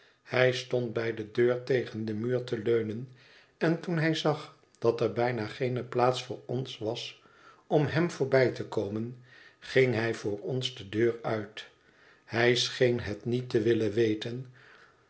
hij stond bij de deur tegen den muur te leunen en toen hij zag dat er bijna geene plaats voor ons was om hem voorbij te komen ging hij voor ons de deur uit hij scheen het niet te willen weten